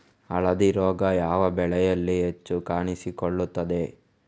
ಹಳದಿ ರೋಗ ಯಾವ ಬೆಳೆಯಲ್ಲಿ ಹೆಚ್ಚು ಕಾಣಿಸಿಕೊಳ್ಳುತ್ತದೆ?